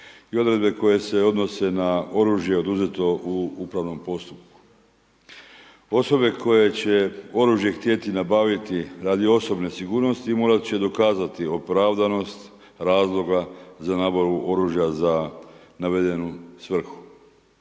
I odredbe koje se odnose na oružje oduzeto u upravnom postupku. Osobe koje će oružje htjeti nabaviti radi osobne sigurnosti morat će dokazati opravdanost razloga za nabavu oružja za navedenu svrhu.